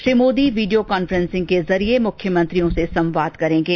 Shri Modi video conferencing के जरिए मुख्यमंत्रियों से संवाद करेंगे